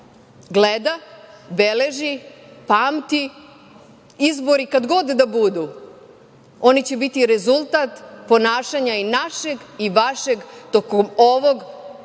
gleda, beleži, pamti. Izbori kada god da budu, oni će biti rezultat ponašanja i našeg i vašeg tokom ovog